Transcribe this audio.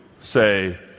say